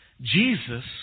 Jesus